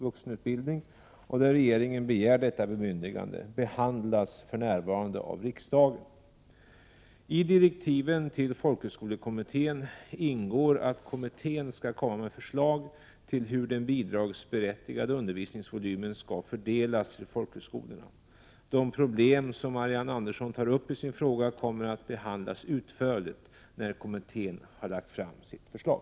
Vuxenutbildning — och där regeringen begär detta bemyndigande — behandlas för närvarande av riksdagen. I direktiven till folkhögskolekommittén ingår att kommittén skall komma med förslag till hur den bidragsberättigade undervisningsvolymen skall fördelas till folkhögskolorna. De problem som Marianne Andersson tar upp i sin fråga kommer att behandlas utförligt när kommittén har lagt fram sitt förslag.